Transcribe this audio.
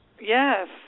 Yes